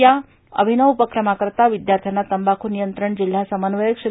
या अभिनव उपक्रमाकरता विद्यार्थ्यांना तंबाखू नियंत्रण जिल्हा समन्वयक श्री